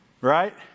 Right